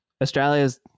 Australia's